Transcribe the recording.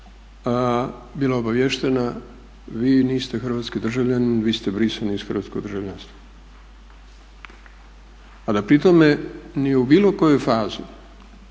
bila obaviještena vi niste hrvatski državljanin vi ste brisani iz hrvatskog državljanstva, a da pri tome ni u bilo kojoj fazi